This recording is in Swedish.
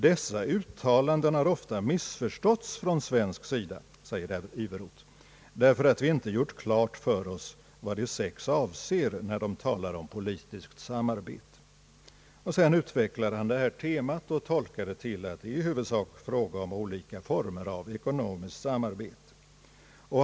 Dessa uttalanden har ofta missförståtts från svensk sida», säger herr Iveroth, »därför att vi inte gjort klart för oss vad De sex avser när de talar om politiskt samarbete.> Sedan utvecklade han detta tema och tolkade det så att det i huvudsak är fråga om olika former av ekonomiskt samarbete.